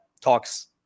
talks